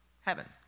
heaven